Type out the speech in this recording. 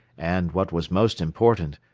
and, what was most important,